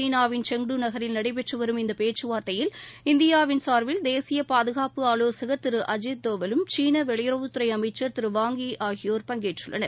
சீனாவின் செங்டு நகரில் நடைபெற்று வரும் இந்த பேச்சுவார்த்தையில் இந்தியாவின் சார்பில் தேசிய பாதுகாப்பு ஆலோசகள் திரு அஜித் தோவலும் சீன வெளியறவுத்துறை அமைச்சர் திரு வாங் இ ஆகியோர் பங்கேற்றுள்ளனர்